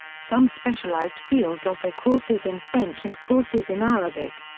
some specialized fields offer courses in french and courses in arabic.